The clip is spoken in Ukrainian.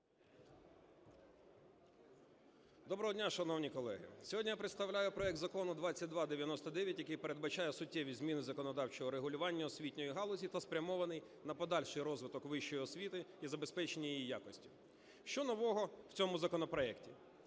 Доброго дня, шановні колеги! Сьогодні я представляю проект Закону 2299, який передбачає суттєві зміни законодавчого регулювання освітньої галузі та спрямований на подальший розвиток вищої освіти і забезпечення її якості. Що нового в цьому законопроекті.